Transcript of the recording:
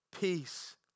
peace